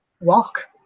walk